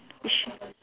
which